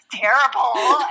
terrible